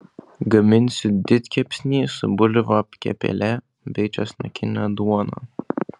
gaminsiu didkepsnį su bulvių apkepėle bei česnakine duona